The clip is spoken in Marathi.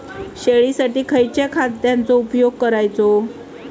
शेळीसाठी खयच्या खाद्यांचो उपयोग करायचो?